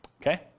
Okay